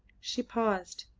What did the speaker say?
she paused.